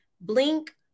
blink